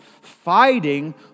fighting